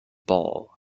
ball